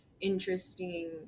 interesting